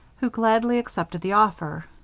who gladly accepted the offer.